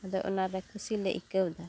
ᱟᱫᱚ ᱚᱱᱟᱨᱮ ᱠᱩᱥᱤ ᱞᱮ ᱟᱹᱭᱠᱟᱹᱣᱫᱟ